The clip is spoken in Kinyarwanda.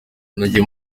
nagiye